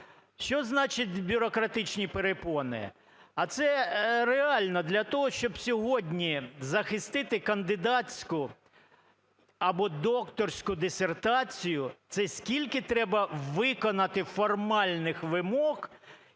Що значить бюрократичні перепони? А це реально, для того щоб сьогодні захистити кандидатську або докторську дисертацію, це скільки треба виконати формальних вимог,